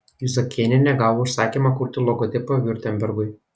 juzakėnienė gavo užsakymą kurti logotipą viurtembergui